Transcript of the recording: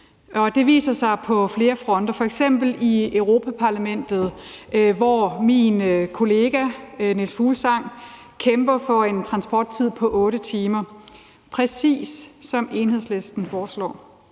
det viser sig på flere fronter, f.eks. i Europa-Parlamentet, hvor min kollega Niels Fuglsang kæmper for en transporttid på maksimalt 8 timer, præcis som Enhedslisten foreslår,